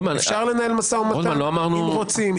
אפשר לנהל משא ומתן, אם רוצים.